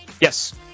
Yes